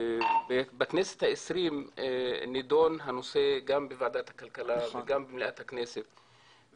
ובכנסת ה-20 נדון הנושא גם בוועדת הכלכלה וגם במליאת הכנסת.